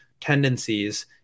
tendencies